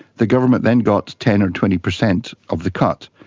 the government then got ten or twenty per cent of the cut.